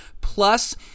plus